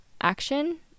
action